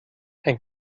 ein